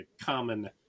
common